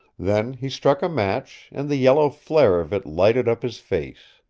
then he struck a match, and the yellow flare of it lighted up his face.